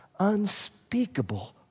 unspeakable